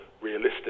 realistic